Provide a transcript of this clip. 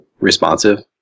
responsive